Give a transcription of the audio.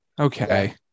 Okay